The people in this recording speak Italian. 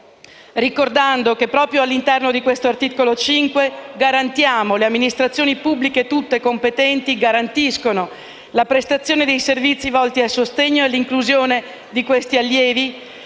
ricordando che, proprio all'interno di questo articolo 5, le amministrazioni pubbliche tutte competenti garantiscono la prestazione dei servizi volti al sostegno e all'inclusione di questi allievi,